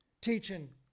teaching